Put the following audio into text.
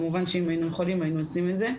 כמובן שאם היינו יכולים היינו עושים את זה.